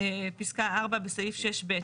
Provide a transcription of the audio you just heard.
פסקה 4 בסעיף 6(ב).